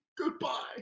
Goodbye